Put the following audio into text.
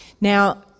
Now